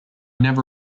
never